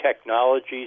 technologies